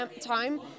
time